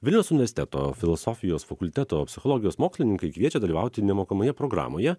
vilniaus universiteto filosofijos fakulteto psichologijos mokslininkai kviečia dalyvauti nemokamoje programoje